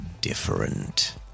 different